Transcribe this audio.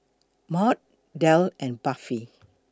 Maud Del and Buffy